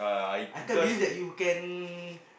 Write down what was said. I can't believe that you can